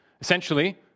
essentially